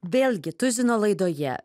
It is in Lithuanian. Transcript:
vėlgi tuzino laidoje